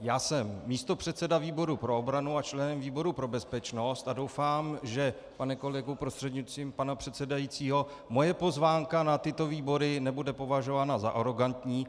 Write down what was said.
Já jsem místopředseda výboru pro obranu a členem výboru pro bezpečnost a doufám, pane kolego prostřednictvím pana předsedajícího, že moje pozvánka na tyto výbory nebude považována za arogantní.